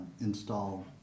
install